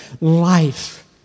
life